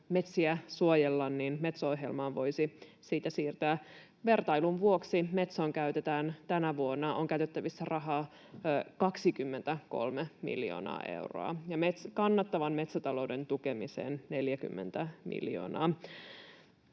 metsiä suojella, niin Metso-ohjelmaan voisi siitä siirtää. Vertailun vuoksi: Metsoon on tänä vuonna käytettävissä rahaa 23 miljoonaa euroa ja kannattavan metsätalouden tukemiseen 40 miljoonaa.